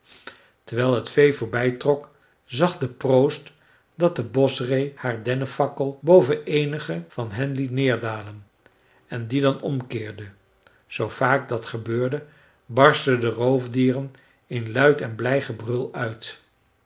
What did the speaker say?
terwijl het vee voorbij trok zag de proost dat de boschree haar dennefakkel boven eenige van hen liet neerdalen en die dan omkeerde zoo vaak dat gebeurde barstten de roofdieren in luid en blij gebrul uit